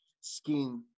skin